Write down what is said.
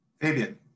Fabian